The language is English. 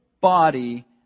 body